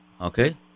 Okay